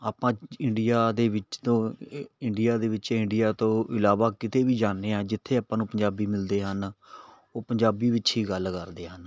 ਆਪਾਂ ਇੰਡੀਆ ਦੇ ਵਿੱਚ ਤੋਂ ਇ ਇੰਡੀਆ ਦੇ ਵਿੱਚ ਇੰਡੀਆ ਤੋਂ ਇਲਾਵਾ ਕਿਤੇ ਵੀ ਜਾਂਦੇ ਹਾਂ ਜਿੱਥੇ ਆਪਾਂ ਨੂੰ ਪੰਜਾਬੀ ਮਿਲਦੇ ਹਨ ਉਹ ਪੰਜਾਬੀ ਵਿੱਚ ਹੀ ਗੱਲ ਕਰਦੇ ਹਨ